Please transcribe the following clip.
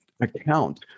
account